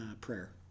prayer